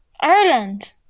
Ireland